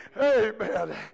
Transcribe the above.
amen